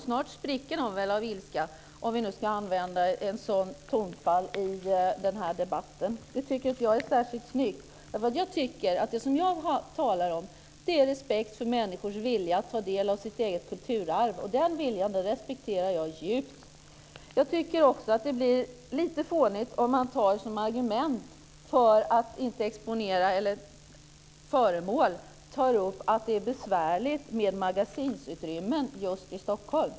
Snart spricker de väl av ilska, för att nu använda ett sådant ordval i den här debatten. Jag tycker inte att det är särskilt snyggt. Det som jag talar om är respekt för människors vilja att ta del av sitt eget kulturarv, och den viljan respekterar jag djupt. Jag tycker också att det blir lite fånigt om man som argument för att inte exponera föremål tar upp att det är besvärligt med magasinsutrymmen just i Stockholm.